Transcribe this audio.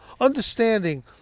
Understanding